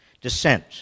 dissent